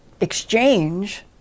exchange